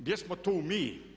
Gdje smo tu mi?